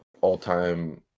all-time